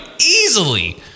easily